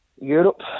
Europe